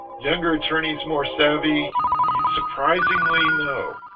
younger attorneys more savvy surprisingly know